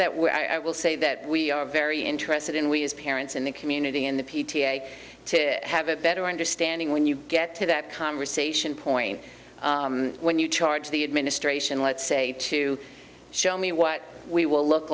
we're i will say that we are very interested in we as parents in the community in the p t a to have a better understanding when you get to that conversation point when you charge the administration let's say to show me what we will look